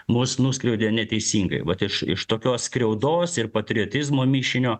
mus nuskriaudė neteisingai vat iš iš tokios skriaudos ir patriotizmo mišinio